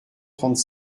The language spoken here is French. trente